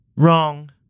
Wrong